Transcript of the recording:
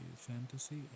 Fantasy